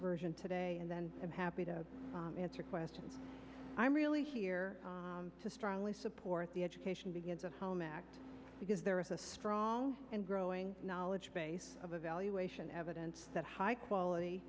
version today and then i'm happy to answer questions i'm really here to strongly support the education begins at home act because there is a strong and growing knowledge base of evaluation evidence that high quality